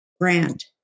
Grant